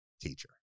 teacher